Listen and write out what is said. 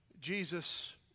Jesus